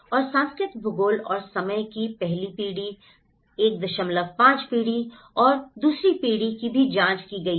और सांस्कृतिक भूगोल और समय कि पहली पीढ़ी 15 पीढ़ी और दूसरी पीढ़ी की भी जांच की गई है